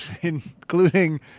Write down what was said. including